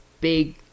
big